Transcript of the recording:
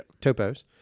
topos